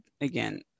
Again